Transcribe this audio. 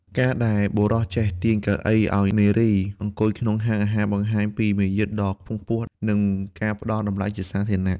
ការដែលបុរសចេះទាញកៅអីឱ្យនារីអង្គុយក្នុងហាងអាហារ បង្ហាញពីមារយាទដ៏ខ្ពង់ខ្ពស់ និងការផ្ដល់តម្លៃជាសាធារណៈ។